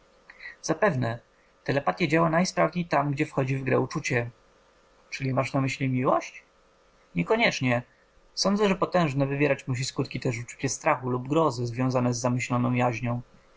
zapewne telepatya działa najsprawniej tam gdzie wchodzi w grę uczucie czy masz na myśli miłość niekoniecznie sądzę że potężne wywierać musi skutki też uczucie strachu lub grozy związane z zamyśloną jaźnią